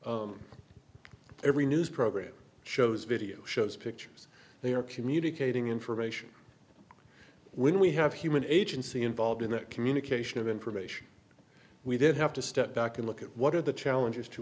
every news program shows video shows pictures they are communicating information when we have human agency involved in the communication of information we did have to step back and look at what are the challenges to